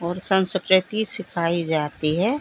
और संस्कृति सिखाई जाती है